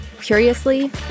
Curiously